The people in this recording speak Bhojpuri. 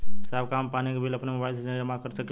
साहब का हम पानी के बिल अपने मोबाइल से ही जमा कर सकेला?